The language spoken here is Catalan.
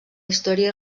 història